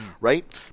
right